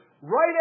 right